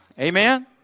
Amen